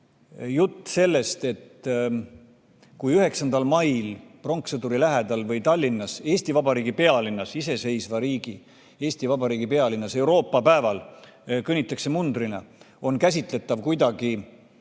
siis see jutt, et kui 9. mail pronkssõduri lähedal või mujal Tallinnas, Eesti Vabariigi pealinnas, iseseisva riigi Eesti Vabariigi pealinnas, Euroopa päeval kõnnitakse mundriga, on käsitatav kuidagi